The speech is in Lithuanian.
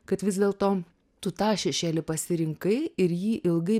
kad vis dėlto tu tą šešėlį pasirinkai ir jį ilgai